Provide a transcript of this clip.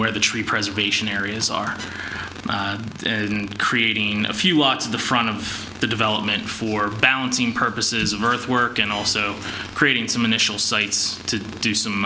where the tree preservation areas are and creating a few watts of the front of the development for balancing purposes of earthwork and also creating some initial sites to do some